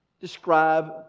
describe